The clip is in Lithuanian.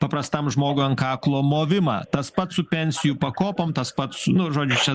paprastam žmogui ant kaklo movimą tas pats su pensijų pakopom tas pats nu žodžiu čia